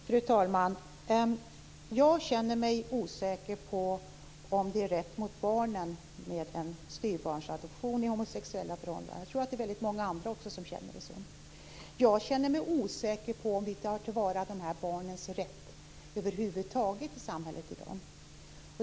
Fru talman! Jag känner mig osäker på om det är rätt mot barnet med en styvbarnsadoption i homosexuella förhållanden. Jag tror att det är väldigt många som känner så. Jag känner mig osäker på om vi tar till vara dessa barn rätt över huvud taget i samhället i dag.